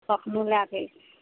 कखनो लैके अएबै